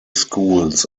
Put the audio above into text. schools